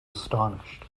astonished